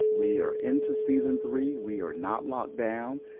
we are into season three. we are not locked down.